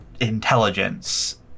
intelligence